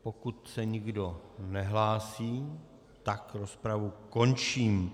Pokud se nikdo nehlásí, tak rozpravu končím.